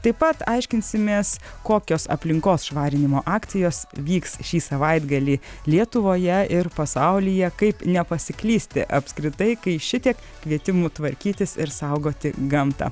taip pat aiškinsimės kokios aplinkos švarinimo akcijos vyks šį savaitgalį lietuvoje ir pasaulyje kaip nepasiklysti apskritai kai šitiek kvietimų tvarkytis ir saugoti gamtą